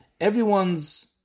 everyone's